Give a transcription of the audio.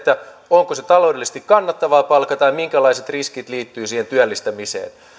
onko taloudellisesti kannattavaa palkata ja minkälaiset riskit liittyvät siihen työllistämiseen